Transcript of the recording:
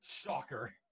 shocker